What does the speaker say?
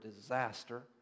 disaster